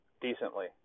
decently